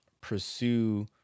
pursue